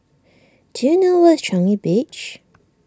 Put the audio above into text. do you know where is Changi Beach